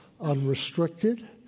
unrestricted